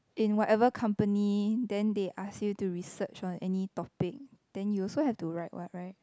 in whatever company then they ask you to research on any topic then you also have to write [what] [right]